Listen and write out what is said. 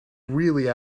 really